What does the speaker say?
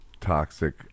toxic